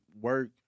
work